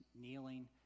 kneeling